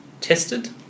tested